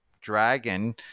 dragon